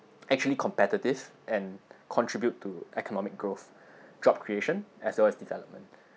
actually competitive and contribute to economic growth job creation as well as development